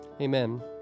Amen